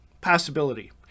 possibility